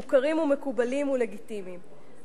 מוכרים ומקובלים ולגיטימיים.